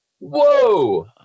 Whoa